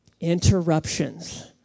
interruptions